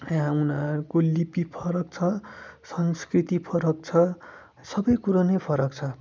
उनीहरूको लिपि फरक छ संस्कृति फरक छ सबै कुरो नै फरक छ